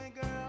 girl